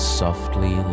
softly